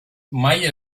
mai